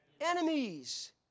enemies